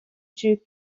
two